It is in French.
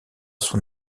son